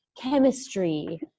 chemistry